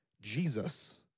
Jesus